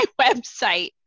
website